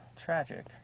tragic